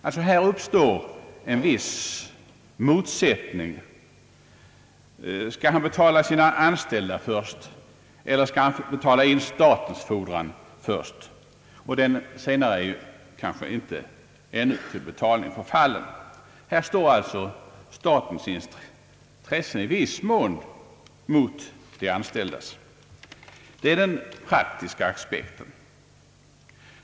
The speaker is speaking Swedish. Här blir det alltså en viss motsättning: skall han först betala sina anställda eller statens fordran? Statens fordran är kanske ännu inte till betalning förfallen. Här står alltså statens intresse i viss mån mot de anställdas. Detta är den praktiska aspekten.